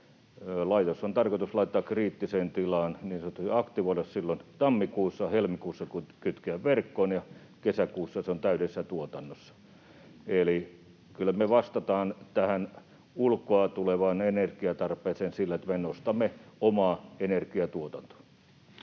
Laitos on siis tarkoitus laittaa kriittiseen tilaan, niin sanotusti aktivoida silloin tammikuussa ja helmikuussa kytkeä verkkoon, ja kesäkuussa se on täydessä tuotannossa. Eli kyllä me vastataan tähän ulkoa tulevaan energiantarpeeseen sillä, että me nostamme omaa energiantuotantoamme.